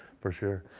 for sure.